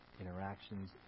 interactions